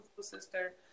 sister